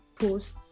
posts